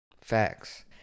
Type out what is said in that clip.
Facts